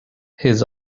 his